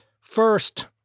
first